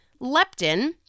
Leptin